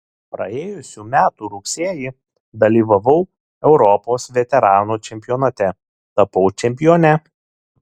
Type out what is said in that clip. praėjusių metų rugsėjį dalyvavau europos veteranų čempionate tapau čempione